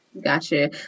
Gotcha